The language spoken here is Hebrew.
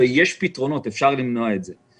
ויש פתרונות ושאפשר למנוע את זה.